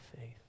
faith